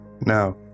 Now